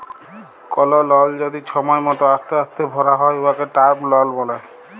call লল যদি ছময় মত অস্তে অস্তে ভ্যরা হ্যয় উয়াকে টার্ম লল ব্যলে